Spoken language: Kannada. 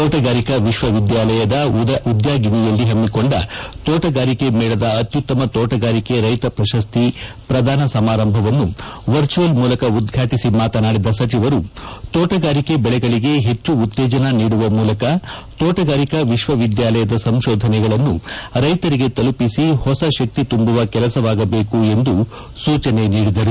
ತೋಟಗಾರಿಕ ವಿವಿಯ ಉದ್ಯಾಗಿನಿಯಲ್ಲಿ ಹಮ್ಮಿಕೊಂಡ ತೋಟಗಾರಿಕೆ ಮೇಳದ ಅತ್ಯುತ್ತಮ ತೋಟಗಾರಿಕೆ ರೈತ ಪ್ರಶಸ್ತಿ ಪ್ರಧಾನ ಸಮಾರಂಭವನ್ನು ವರ್ಚುವಲ್ ಮೂಲಕ ಉದ್ಘಾಟಿಸಿ ಮಾತನಾಡಿದ ಸಚಿವರು ತೋಟಗಾರಿಕೆ ಬೆಳೆಗಳಿಗೆ ಹೆಚ್ಚು ಉತ್ತೇನ ನೀಡುವ ಮೂಲಕ ತೋಟಗಾರಿಕಾ ವಿಶ್ವವಿದ್ಯಾಲಯದ ಸಂಶೋಧನೆಗಳನ್ನು ರೈತರಿಗೆ ತೆಲುಪಿಸಿ ಹೊಸ ಶಕ್ತಿ ತುಂಬುವ ಕೆಲಸವಾಗಬೇಕು ಎಂದು ಸೂಚನೆ ನೀಡಿದರು